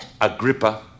Agrippa